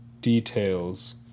details